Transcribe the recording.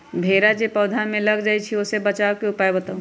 भेरा जे पौधा में लग जाइछई ओ से बचाबे के उपाय बताऊँ?